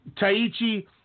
Taichi